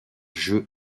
jeu